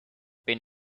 been